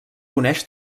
coneix